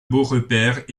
beaurepaire